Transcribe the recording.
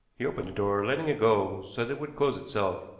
he opened the door, letting it go so that it would close itself.